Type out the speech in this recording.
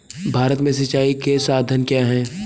भारत में सिंचाई के साधन क्या है?